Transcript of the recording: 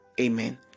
Amen